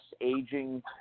aging